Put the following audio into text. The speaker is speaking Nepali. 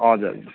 हजुर हजुर